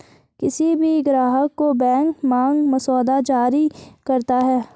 किसी भी ग्राहक को बैंक मांग मसौदा जारी करता है